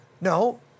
No